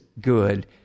good